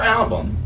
album